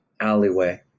alleyway